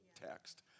text